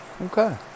Okay